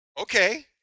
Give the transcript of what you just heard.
Okay